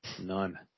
None